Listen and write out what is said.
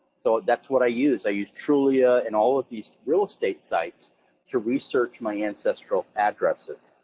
so that's what i use. i use trulia and all of these real estate sites to research my ancestral addresses.